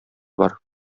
бар